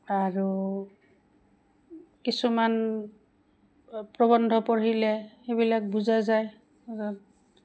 আৰু কিছুমান প্ৰবন্ধ পঢ়িলে সেইবিলাক বুজা যায়